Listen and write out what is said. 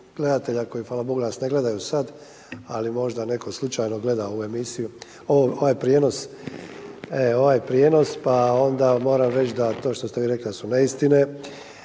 hvala Bogu nas ne gledaju sad, ali možda netko slučajno gleda ovu emisiju, ovaj prijenos pa onda moram reći da to što ste vi rekli da su neistine,